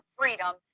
freedom